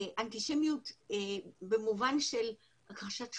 אנטישמיות במובן של הכחשת שואה,